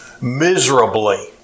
miserably